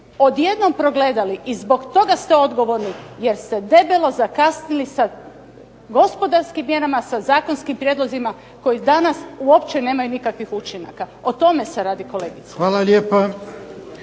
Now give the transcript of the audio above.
odjednom progledali i zbog toga ste odgovorni jer ste debelo zakasnili sa gospodarskim mjerama, sa zakonskim prijedlozima koji danas uopće nemaju nikakvih učinaka. O tome se radi kolegice.